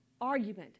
argument